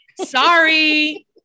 Sorry